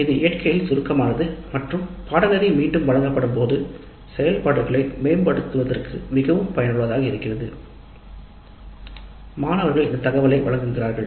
இது இயற்கையில் சுருக்கமானது மற்றும் பாடநெறி மீண்டும் வழங்கப்படும் போது செயல்பாடுகளை மேம்படுத்துவதற்கு மிகவும் பயனுள்ளதாக இருக்கும் மாணவர்கள் இந்தத் தரவையும் வழங்குகிறார்கள்